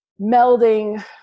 melding